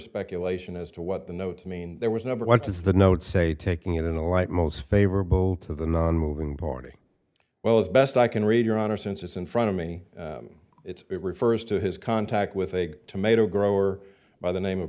speculation as to what the notes mean there was never what is the notes say taking it in a light most favorable to the nonmoving party well as best i can read your honor since it's in front of me it refers to his contact with a tomato grower by the name of